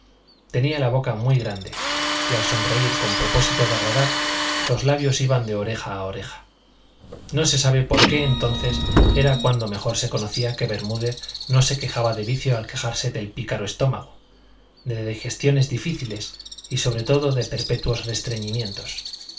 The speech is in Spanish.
tenía la boca muy grande y al sonreír con propósito de agradar los labios iban de oreja a oreja no se sabe por qué entonces era cuando mejor se conocía que bermúdez no se quejaba de vicio al quejarse del pícaro estómago de digestiones difíciles y sobre todo de perpetuos restriñimientos